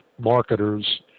marketer's